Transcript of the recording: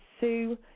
Sue